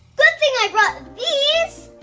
good thing i brought these!